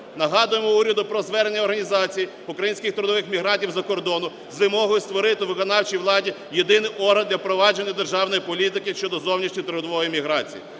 Нагадуємо уряду про звернення організацій українських трудових мігрантів за кордону з вимогою створити у виконавчій владі єдиний орган для впровадження державної політики щодо зовнішньої трудової міграції.